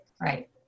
right